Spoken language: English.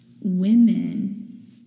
women